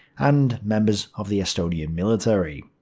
and members of the estonian military.